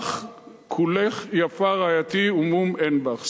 כולך יפה רעייתי ומום אין בך".